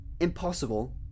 impossible